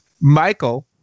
Michael